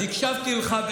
אז הקשבתי לך,